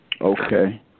Okay